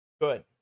good